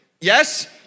Yes